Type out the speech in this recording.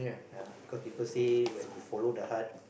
uh because people say when you follow the heart